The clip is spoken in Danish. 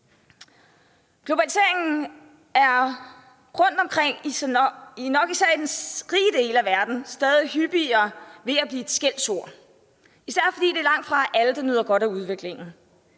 Globaliseringen er rundtomkring, og nok især i den rige del af verden, ved at blive et skældsord, især fordi det langtfra er alle, der nyder godt af udviklingen.